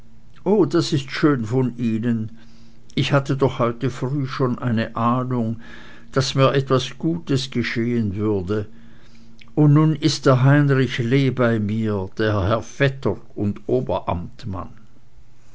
oh das ist schön von ihnen ich haue doch heut früh schon eine ahnung daß mir etwas gutes geschehen würde und nun ist der heinrich lee bei mir der herr vetter und oberamtmann